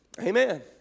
Amen